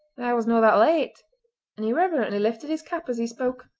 was no that late and he reverently lifted his cap as he spoke.